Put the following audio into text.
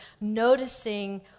noticing